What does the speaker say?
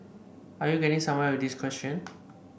are you getting somewhere with this question